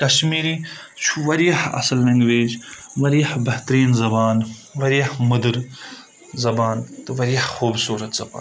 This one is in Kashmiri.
کشمیٖری چھُ واریاہ اَصٕل لینٛگویج واریاہ بہتریٖن زبان واریاہ مَدٕر زبان تہٕ واریاہ خوٗبصوٗرت زبان